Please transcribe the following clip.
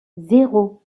zéro